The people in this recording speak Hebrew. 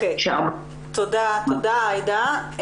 תודה עאידה.